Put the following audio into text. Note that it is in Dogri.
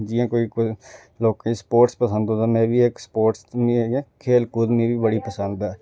जियां लोकें गी स्पोर्टस पसंद होंदा में बी इक स्पोर्टस खेलकूद मिगी गी बड़ी पसंद ऐ